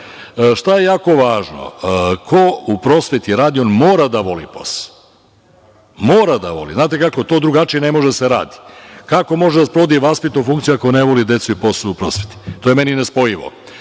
je jako važno? Ko u prosveti radi, on mora da voli posao. Mora da voli. To drugačije ne može da se radi. Kako može da sprovodi vaspitnu funkciju ako ne voli decu i posao u prosveti? To mi je nespojivo. Dugo